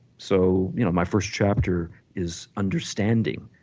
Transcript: so you know my first chapter is understanding.